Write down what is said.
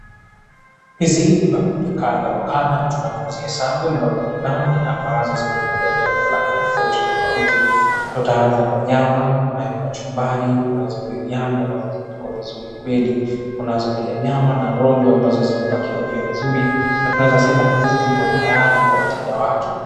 Hizi ni bakuli kadha wa kadha tunavyozihesabu ni bakuli nane ambazo zimekubebea vyakula tofauti tofauti. Tutaanza na nyama, kunayo kachumbari, kunazo biriani ambazo zimepikwa vizuri kweli. Kunazo pia nyama na rojo ambazo zimepakiwa pia vizuri na tunaweza sema hizi zipo tayari kwa wateja wake.